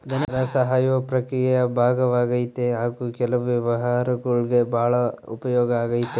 ಧನಸಹಾಯವು ಪ್ರಕ್ರಿಯೆಯ ಭಾಗವಾಗೈತಿ ಹಾಗು ಕೆಲವು ವ್ಯವಹಾರಗುಳ್ಗೆ ಭಾಳ ಉಪಯೋಗ ಆಗೈತೆ